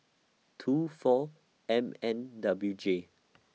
two four M N W J